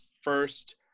first